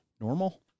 normal